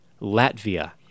Latvia